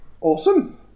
Awesome